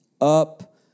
up